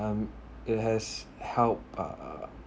um it has helped uh